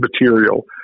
material